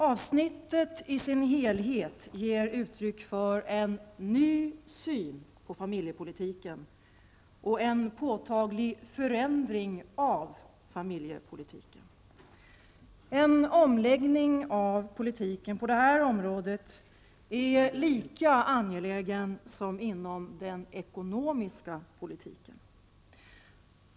Avsnittet i sin helhet ger uttryck för en ny syn på familjepolitiken och en påtaglig förändring av familjepolitiken. En omläggning av politiken på det här området är lika angelägen som inom den ekonomiska politiken.